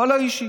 ואללה אישי.